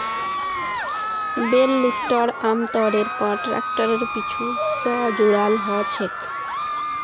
बेल lifter आमतौरेर पर ट्रैक्टरेर पीछू स जुराल ह छेक